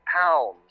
pounds